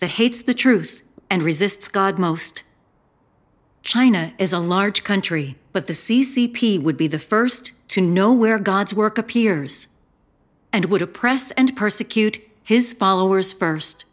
that hates the truth and resists god most china is a large country but the c c p would be the st to know where god's work appears and would oppress and persecute his followers